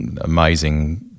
amazing